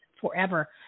forever